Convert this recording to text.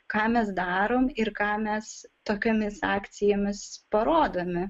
ką mes darom ir ką mes tokiomis akcijomis parodome